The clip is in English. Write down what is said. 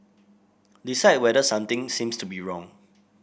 decide whether something seems to be wrong